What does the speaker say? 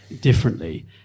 differently